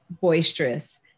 boisterous